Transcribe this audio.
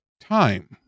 time